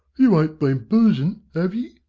you ain't bin boozin', ave ye?